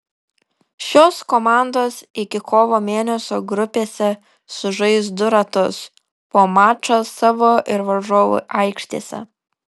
šios komandos iki kovo mėnesio grupėse sužais du ratus po mačą savo ir varžovų aikštėse